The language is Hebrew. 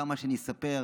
כמה שאני אספר,